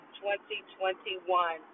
2021